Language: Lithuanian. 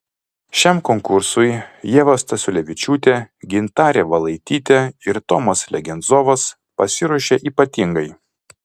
šiam konkursui ieva stasiulevičiūtė gintarė valaitytė ir tomas legenzovas pasiruošė ypatingai